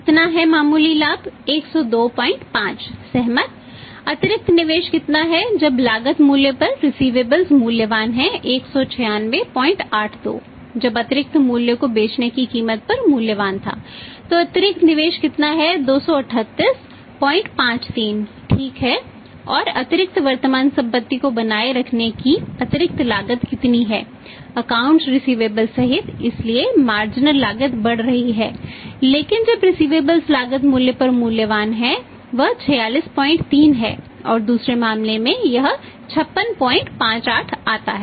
कितना है मामूली लाभ 1025 सहमत अतिरिक्त निवेश कितना है जब लागत मूल्य पर रिसिवेबलस लागत मूल्य पर मूल्यवान हैं वह 463 है और दूसरे मामले में यह 5658 आता है